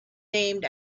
named